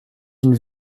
une